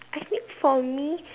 I think for me